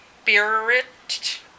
Spirit